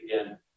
Again